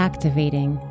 Activating